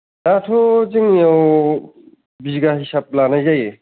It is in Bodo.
दाथ' जोंनियाव बिगा हिसाब लानाय जायो